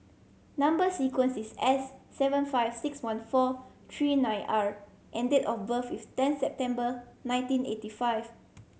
number sequence is S seven five six one four three nine R and date of birth is ten September nineteen eighty five